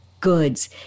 goods